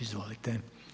Izvolite.